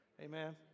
Amen